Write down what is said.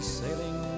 sailing